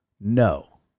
no